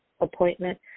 appointment